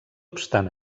obstant